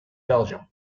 belgium